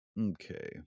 Okay